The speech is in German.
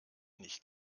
nicht